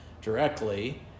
directly